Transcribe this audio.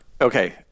Okay